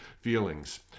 feelings